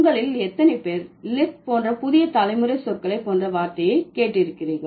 உங்களில் எத்தனை பேர் லிட் போன்ற புதிய தலைமுறை சொற்களை போன்ற வார்த்தையை கேட்டிருக்கிறீர்கள்